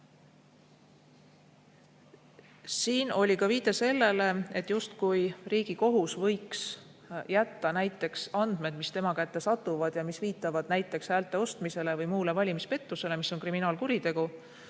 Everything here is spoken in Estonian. Siin oli ka viide sellele, justkui Riigikohus võiks jätta näiteks andmetele, mis tema kätte satuvad ja viitavad näiteks häälte ostmisele või muule valimispettusele, mis on kriminaalkuritegu,